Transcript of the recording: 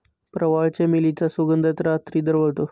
प्रवाळ, चमेलीचा सुगंध रात्री दरवळतो